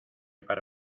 para